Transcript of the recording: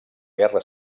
guerra